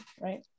right